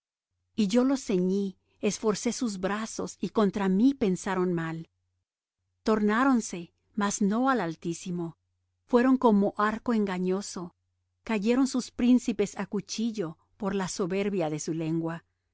y yo los ceñi esforcé sus brazos y contra mí pensaron mal tornáronse mas no al altísimo fueron como arco engañoso cayeron sus príncipes á cuchillo por la soberbia de su lengua